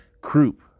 croup